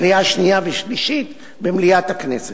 לקריאה שנייה ושלישית במליאת הכנסת.